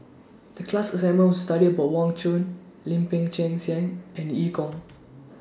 The class assignment was to study about Wang Chunde Lim Peng Siang and EU Kong